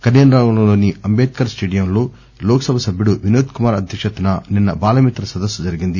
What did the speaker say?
కరీంనగర్లోని అంబేద్కర్ స్టేడియంలో లోక్సభ సభ్యుడు వినోద్ కుమార్ అధ్యక్షతన నిన్న బాలమిత్ర సదస్సు జరిగింది